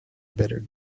better